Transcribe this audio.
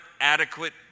adequate